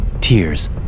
tears